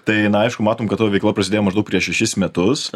tai na aišku matom kad tavo veikla prasidėjo maždaug prieš šešis metus